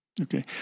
Okay